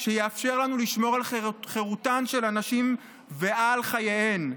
שיאפשר לנו לשמור על חירותן של הנשים ועל חייהן,